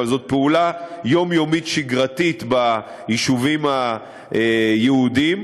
אבל זאת פעולה יומיומית שגרתית ביישובים היהודיים.